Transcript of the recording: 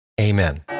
Amen